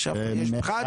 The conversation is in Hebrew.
יש פחת?